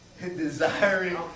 Desiring